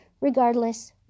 Regardless